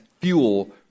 fuel